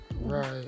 right